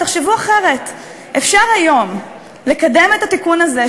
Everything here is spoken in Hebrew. תחשבו אחרת: אפשר היום לקדם את התיקון הזה,